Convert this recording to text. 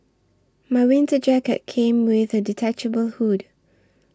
my winter jacket came with a detachable hood